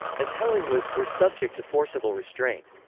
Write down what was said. as helen was, were subject to forcible restraint.